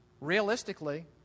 realistically